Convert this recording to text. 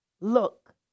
look